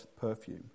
perfume